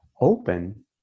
open